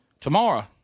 tomorrow